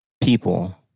people